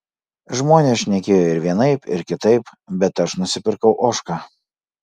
žmonės šnekėjo ir vienaip ir kitaip bet aš nusipirkau ožką